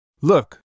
Look